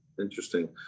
Interesting